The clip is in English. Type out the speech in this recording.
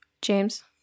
James